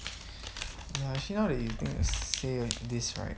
ya actually now that you think to say like this right